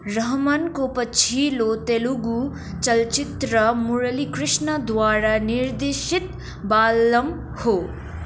रहमानको पछिल्लो तेलुगू चलचित्र मुरलीकृष्णद्वारा निर्देशित बालम हो